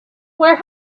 where